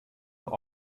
der